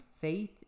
faith